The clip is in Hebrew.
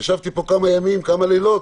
ישבתי כאן כמה ימים וכמה לילות,